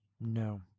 no